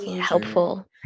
helpful